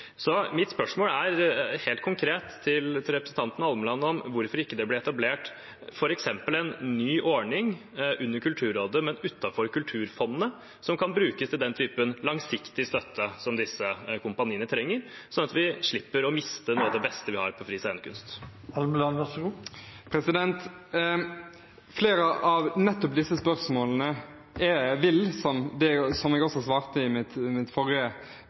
Så mitt spørsmål til representanten Almeland er helt konkret hvorfor det ikke ble etablert f.eks. en ny ordning under Kulturrådet, men utenfor Kulturfondet, som kan brukes til den typen langsiktig støtte som disse kompaniene trenger, sånn at vi slipper å miste det beste vi har på fri scenekunst. Flere av disse spørsmålene vil, som jeg også svarte på den forrige replikken, nettopp komme i